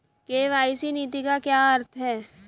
KYC नीति का क्या अर्थ है?